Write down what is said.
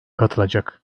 katılacak